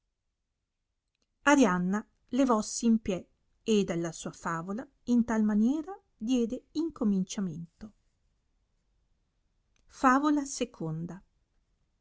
sedeva levossi in pie ed alla sua favola in tal maniera diede incominciamento favola il